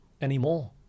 anymore